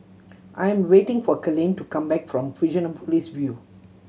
I am waiting for Kalene to come back from Fusionopolis View